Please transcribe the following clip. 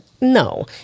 No